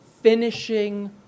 finishing